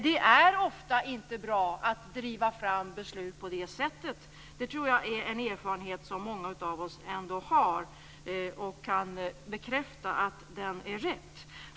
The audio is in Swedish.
Jag tror att det är en erfarenhet som många av oss har och kan bekräfta att det ofta inte är bra att driva fram beslut på det sättet.